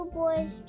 boys